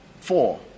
four